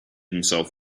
himself